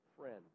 friend